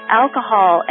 alcohol